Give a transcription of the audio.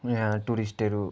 यहाँ टुरिस्टहरू